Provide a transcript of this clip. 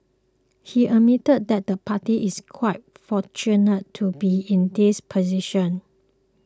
he added that the party is quite fortunate to be in this position